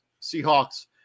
Seahawks